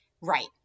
Right